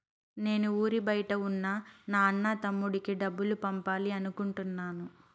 నేను ఊరి బయట ఉన్న నా అన్న, తమ్ముడికి డబ్బులు పంపాలి అనుకుంటున్నాను